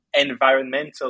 environmental